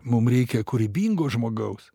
mum reikia kūrybingo žmogaus